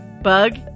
Bug